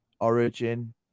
origin